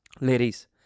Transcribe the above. Ladies